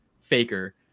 Faker